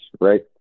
right